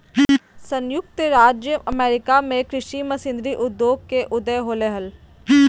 संयुक्त राज्य अमेरिका में कृषि मशीनरी उद्योग के उदय होलय हल